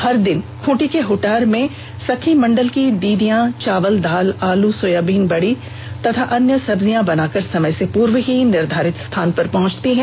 हर दिन खूंटी के हूटार में सखी मंडल की दीदियां चावल दाल आलू सोयाबीन बरी या अन्य सब्जियां बनाकर समय से पूर्व ही निर्धारित स्थान पर पहुंचती हैं